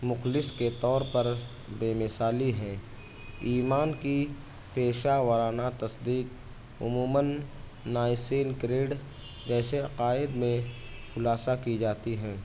مخلص کے طور پر بے مثالی ہے ایمان کی پیشہ وارانہ تصدیق عموما نائسین کریڈ جیسے عقائد میں خلاصہ کی جاتی ہیں